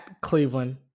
Cleveland